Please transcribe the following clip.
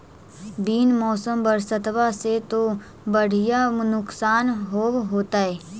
बिन मौसम बरसतबा से तो बढ़िया नुक्सान होब होतै?